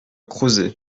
crozet